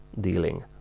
dealing